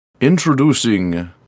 Introducing